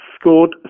scored